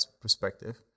perspective